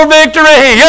victory